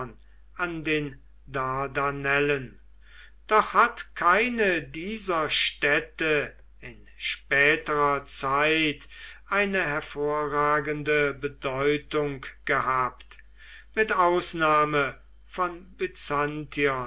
an den dardanellen doch hat keine dieser städte in späterer zeit eine hervorragende bedeutung gehabt mit ausnahme von